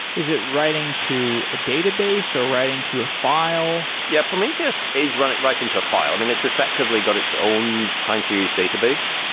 is it writing to a database or writing to a file? yeah, prometheus is writing to a file. i mean, it's effectively got its own time series database.